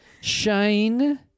Shane